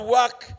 work